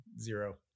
Zero